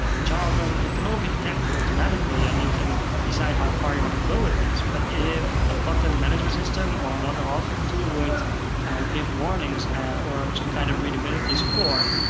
ah jargon it can all be detected automatically, and you can decide how far you want to go with this. but if a content management system or another authoring tool would give warnings or some kind of readability score,